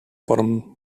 bottom